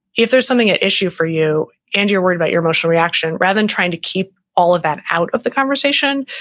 if there's something, an issue for you and you're worried about your emotional reaction rather than trying to keep all of that out of the conversation,